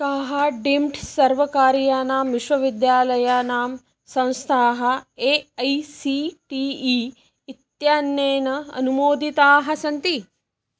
काः डीम्ड् सर्वकारीयानां विश्वविद्यालयानां संस्थाः A I C T E इत्यनेन अनुमोदिताः सन्ति